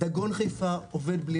דגון חיפה עובד בלי